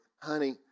honey